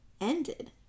Ended